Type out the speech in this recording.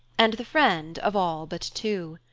and the friend of all but two.